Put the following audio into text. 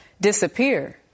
disappear